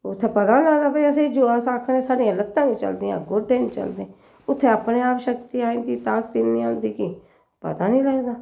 उत्थें पता ई निं लगदा की भई असें ई जो अस आखा दे साढ़ियां लत्तां निं चलदियां गोड्डे निं चलदे उत्थें अपने आप शक्ति आई जंदी ताकत इ'न्नी आई जंदी कि पता निं लगदा